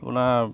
আপোনাৰ